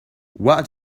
what